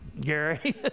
Gary